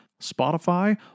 Spotify